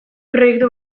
proiektu